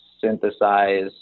synthesize